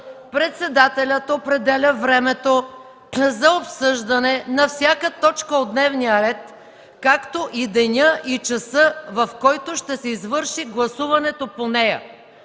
Председателят определя времето за обсъждане на всяка точка от дневния ред, както и деня и часа, в който ще се извърши гласуването по нея”.